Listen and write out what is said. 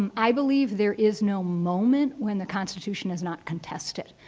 um i believe there is no moment when the constitution is not contested.